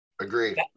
Agreed